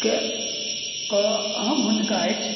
के अहम भूमिका अछि